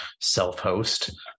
self-host